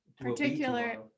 particular